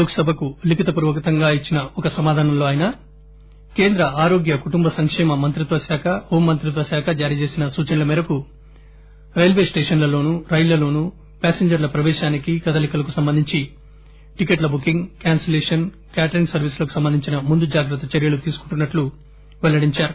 లోక్సభకు లిఖిత పూర్వకంగా ఇచ్చిన ఒక సమాధానంలో ఆయన కేంద్ర ఆరోగ్య కుటుంబ సంక్షేమ మంత్రిత్వ శాఖ హోంమంత్రిత్వ శాఖ జారీచేసిన సూచనల మేరకు రైల్వే స్టేషన్లలోనూ రైళ్లలోనూ ప్యాసింజర్ణ ప్రవేశానికి కదలికలకు సంబంధించి టికెట్ల బుకింగ్ క్యాన్పిలేషన్ క్యాటరింగ్ సర్వీసులకు సంబంధించిన ముందు జాగ్రత్త చర్యలు తీసుకుంటున్నట్టు తెలియజేశారు